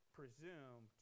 presume